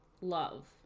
love